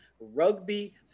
rugby